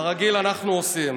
כרגיל, אנחנו עושים.